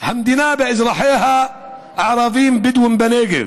המדינה באזרחיה הערבים הבדואים בנגב